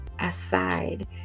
Aside